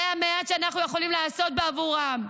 זה המעט שאנחנו יכולים לעשות בעבורם.